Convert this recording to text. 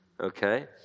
Okay